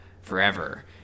forever